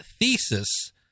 Thesis